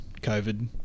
COVID